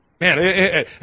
Man